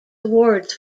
awards